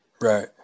Right